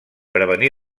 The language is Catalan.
prevenir